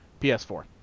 PS4